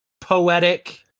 poetic